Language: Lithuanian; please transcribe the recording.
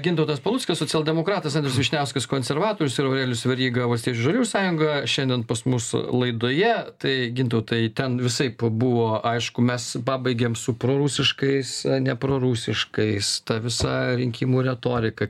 gintautas paluckas socialdemokratas andrius vyšniauskas konservatorius ir aurelijus veryga valstiečių ir žaliųjų sąjunga šiandien pas mus laidoje tai gintautai ten visaip pabuvo aišku mes pabaigėm su prorusiškais neprorusiškais ta visa rinkimų retorika